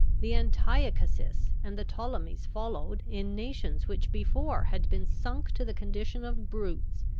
the antiochuses, and the ptolemies followed, in nations which before had been sunk to the condition of brutes.